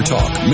Talk